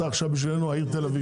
אתה עכשיו בשבילנו בעיר תל אביב.